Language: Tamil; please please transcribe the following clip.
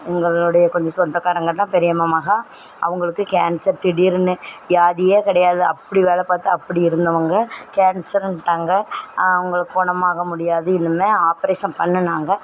எங்களோடைய கொஞ்ச சொந்தக்காரங்கள் தான் பெரிய மாமா மகள் அவர்களுக்கு கேன்சர் திடீரென்னு வியாதியே கிடையாது அப்படி வேலை பார்த்து அப்படி இருந்தவங்க கேன்சருனிட்டாங்க அவர்களுக்கு குணமாக முடியாது இனிமேல் ஆப்ரேஷன் பண்ணுணாங்க